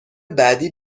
بعدی